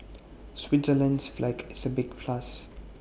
Switzerland's flag is A big plus